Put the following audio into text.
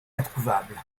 introuvable